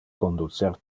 conducer